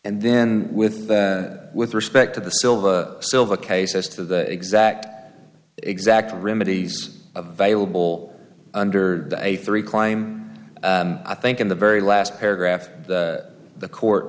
and then with the with respect to the silver silver case as to the exact exact remedies available under a three clime i think in the very last paragraph the court